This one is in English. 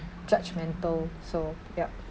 judgemental so yup